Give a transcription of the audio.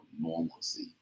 normalcy